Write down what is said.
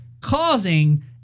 causing